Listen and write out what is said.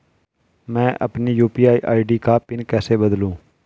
मैं अपनी UPI ID का पिन कैसे बदलूं?